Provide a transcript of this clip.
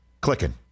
Clicking